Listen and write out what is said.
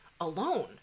alone